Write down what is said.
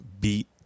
beat